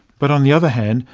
but on the other hand,